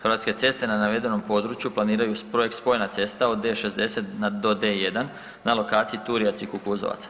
Hrvatske ceste na navedenom području planiraju projekt spojena cesta od D60 na do D1 na lokaciji Turjaci-Kukuzovac.